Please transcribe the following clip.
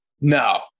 No